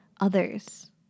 others